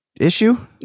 issue